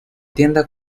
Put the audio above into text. tienda